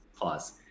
pause